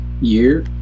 Year